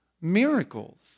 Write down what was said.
Miracles